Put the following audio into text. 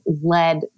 led